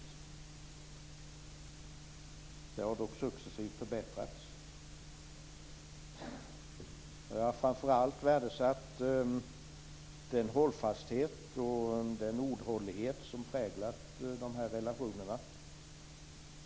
Detta har dock successivt förbättrats. Jag har framför allt värdesatt den hållfasthet och den ordhållighet som har präglat vår relation.